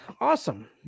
Awesome